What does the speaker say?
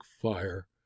fire